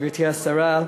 גברתי השרה,